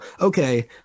okay